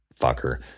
fucker